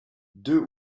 deux